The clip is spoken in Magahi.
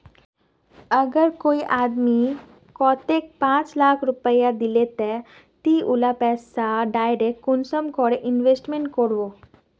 अगर कोई आदमी कतेक पाँच लाख रुपया दिले ते ती उला पैसा डायरक कुंसम करे इन्वेस्टमेंट करबो?